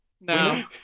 No